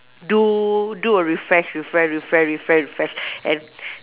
do do a refresh refresh refresh refresh refresh and